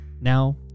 Now